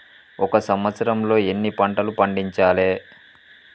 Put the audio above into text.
ఒక సంవత్సరంలో ఎన్ని పంటలు పండించాలే?